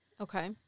Okay